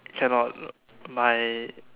cannot my